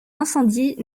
incendies